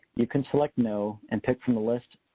you can select no and pick from the list